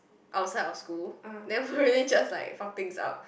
outside of school then we really just like fuck things up